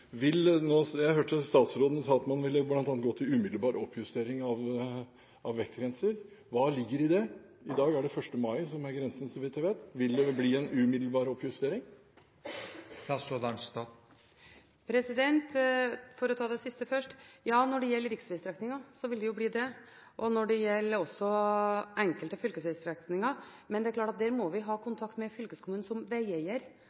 Jeg hørte statsråden sa at man bl.a. ville gå til umiddelbar oppjustering av vektgrenser. Hva ligger i det? I dag er det 1. mai som er grensen, så vidt jeg vet. Vil det bli en umiddelbar oppjustering? For å ta det siste først: Ja, når det gjelder riksvegstrekninger, vil det bli det – også når det gjelder enkelte fylkesvegstrekninger. Men det er klart at vi må ha